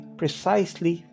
precisely